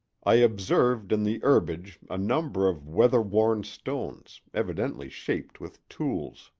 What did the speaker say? i observed in the herbage a number of weather-worn stones evidently shaped with tools.